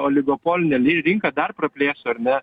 oligopolinė rinką dar praplėsiu ar ne